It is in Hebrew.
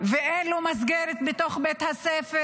ואין לו מסגרת בתוך בית הספר,